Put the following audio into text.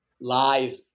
live